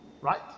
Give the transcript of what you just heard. right